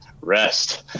rest